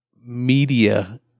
media